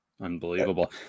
Unbelievable